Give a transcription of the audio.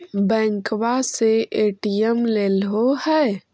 बैंकवा से ए.टी.एम लेलहो है?